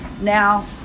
Now